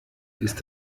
ist